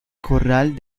corral